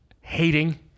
hating